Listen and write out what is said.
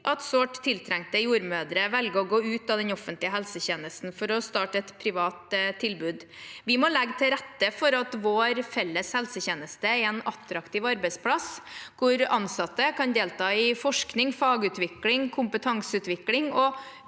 at sårt tiltrengte jordmødre velger å gå ut av den offentlige helsetjenesten for å starte et privat tilbud. Vi må legge til rette for at vår felles helsetjeneste er en attraktiv arbeidsplass hvor ansatte kan delta i forskning, fagutvikling og kompetanseutvikling og